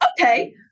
Okay